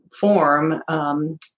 form